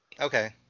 Okay